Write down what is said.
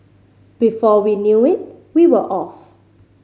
before we knew it we were off